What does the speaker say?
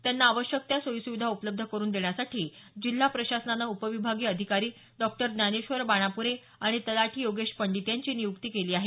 त्यांना आवश्यक त्या सोयी सुविधा उपलब्ध करून देण्यासाठी जिल्हा प्रशासनानं उपविभागीय अधिकारी डॉ ज्ञानेश्वर बाणापूरे आणि तलाठी योगेश पंडित यांची नियुक्ती केली आहे